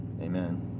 Amen